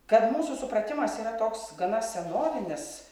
kad mūsų supratimas yra toks gana senovinis